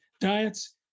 diets